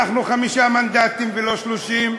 אנחנו חמישה מנדטים ולא 30,